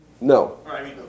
no